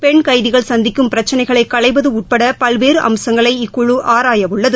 பெண் கைதிகள் சந்திக்கும் பிரச்சினைகளை களைவது உட்பட பல்வேறு அம்சங்களை இக்குழு ஆராய உள்ளது